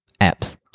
apps